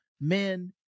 men